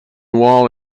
wall